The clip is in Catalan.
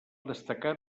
destacar